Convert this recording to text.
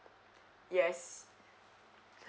yes